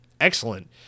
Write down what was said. excellent